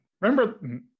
Remember